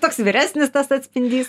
toks vyresnis tas atspindys